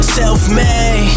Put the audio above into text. self-made